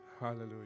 Hallelujah